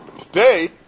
Today